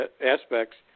aspects –